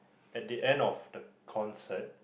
at the end of the concert